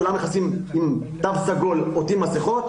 כולם נכנסים ועוטים מסכות,